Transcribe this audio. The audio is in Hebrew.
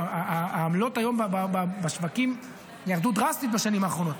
העמלות היום בשווקים ירדו דרסטית בשנים האחרונות.